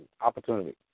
opportunity